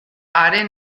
haren